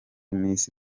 miss